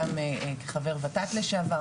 גם חבר ות"ת לשעבר,